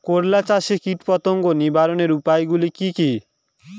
করলা চাষে কীটপতঙ্গ নিবারণের উপায়গুলি কি কী?